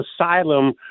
asylum